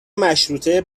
مشروطه